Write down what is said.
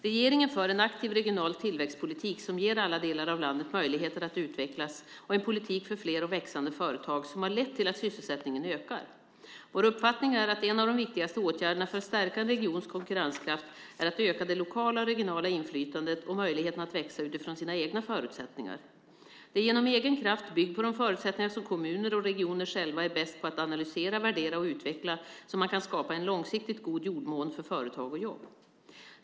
Regeringen för en aktiv regional tillväxtpolitik som ger alla delar av landet möjligheter att utvecklas och en politik för fler och växande företag som har lett till att sysselsättningen ökar. Vår uppfattning är att en av de viktigaste åtgärderna för att stärka en regions konkurrenskraft är att öka det lokala och regionala inflytandet och möjligheten att växa utifrån sina egna förutsättningar. Det är genom egen kraft, byggd på de förutsättningar som kommuner och regioner själva är bäst på att analysera, värdera och utveckla, som man kan skapa en långsiktigt god jordmån för företag och jobb.